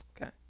Okay